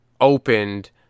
opened